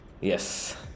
Yes